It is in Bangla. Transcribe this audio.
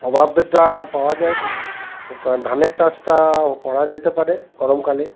অভাবটা পাওয়া যায় ধানের চাষটাও করা যেতে পারে গরমকালে